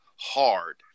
hard